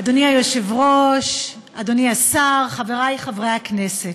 אדוני היושב-ראש, אדוני השר, חברי חברי הכנסת,